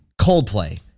Coldplay